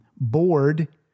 Bored